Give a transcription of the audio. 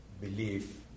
belief